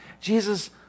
Jesus